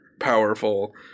powerful